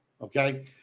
Okay